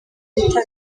ubutabera